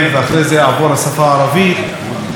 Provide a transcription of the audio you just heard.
כי פשוט מאוד החלטנו ברשימה המשותפת